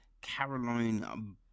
Caroline